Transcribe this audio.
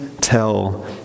tell